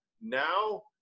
now